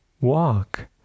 walk